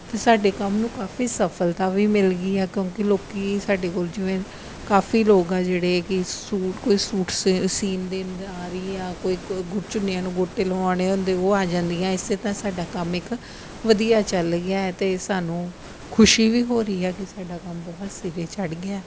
ਅਤੇ ਸਾਡੇ ਕੰਮ ਨੂੰ ਕਾਫੀ ਸਫਲਤਾ ਵੀ ਮਿਲ ਗਈ ਆ ਕਿਉਂਕਿ ਲੋਕ ਸਾਡੇ ਕੋਲ ਜਿਵੇਂ ਕਾਫੀ ਲੋਕ ਆ ਜਿਹੜੇ ਕਿ ਸੂ ਕੋਈ ਸੂਟ ਸੀ ਸੀਨ ਦੇਣ ਆ ਰਹੀ ਆ ਕੋਈ ਕੋ ਚੁੰਨੀਆਂ ਨੂੰ ਗੋਟੇ ਲਵਾਉਣੇ ਹੁੰਦੇ ਉਹ ਆ ਜਾਂਦੀਆਂ ਇਸੇ ਤਰ੍ਹਾਂ ਸਾਡਾ ਕੰਮ ਇੱਕ ਵਧੀਆ ਚੱਲ ਗਿਆ ਅਤੇ ਸਾਨੂੰ ਖੁਸ਼ੀ ਵੀ ਹੋ ਰਹੀ ਹੈ ਕਿ ਸਾਡਾ ਕੰਮ ਬਹੁਤ ਸਿਰੇ ਚੜ੍ਹ ਗਿਆ